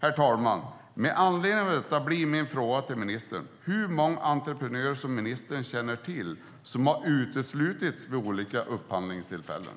Herr talman! Med anledning av detta blir min fråga till ministern hur många entreprenörer ministern känner till som har uteslutits vid olika upphandlingstillfällen.